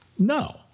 No